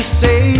say